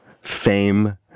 fame